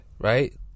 Right